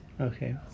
Okay